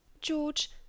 george